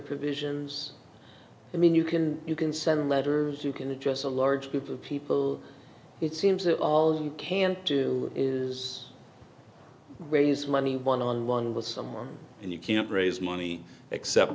provisions i mean you can you can send letters you can address a large group of people it seems that all you can do is raise money one on one with someone and you can't raise money except